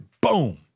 boom